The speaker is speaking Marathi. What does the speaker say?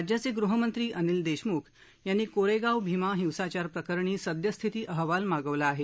राज्याचे गृहमंत्री अनिल देशमुख यांनी कोरेगाव भीमा हिंसाचार प्रकरणी सद्यस्थिती अहवाल मागवला आहे